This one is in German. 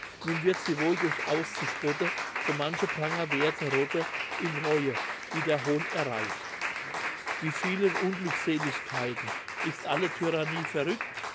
nun wird sie wohl durchaus zu spotte so manche prangerwerthe rotte in reue die der hohn erreicht wie vielen unglückseligkeiten ist alle tyrannie verrückt